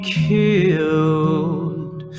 killed